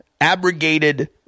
abrogated